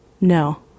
no